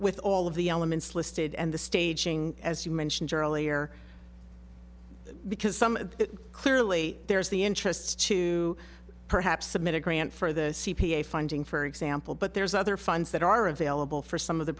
with all of the elements listed and the staging as you mentioned earlier because some of the clearly there is the interests to perhaps submit a grant for the c p a funding for example but there's other funds that are available for some of the